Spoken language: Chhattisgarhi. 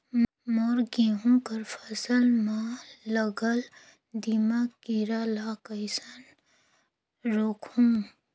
मोर गहूं कर फसल म लगल दीमक कीरा ला कइसन रोकहू?